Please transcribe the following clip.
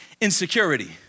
insecurity